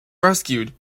rescued